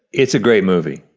it's a great movie.